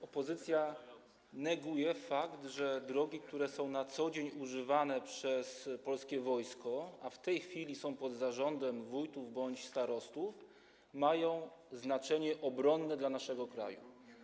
Opozycja neguje fakt, że drogi, które są na co dzień używane przez Wojsko Polskie, a w tej chwili są pod zarządem wójtów bądź starostów, mają znaczenie obronne dla naszego kraju.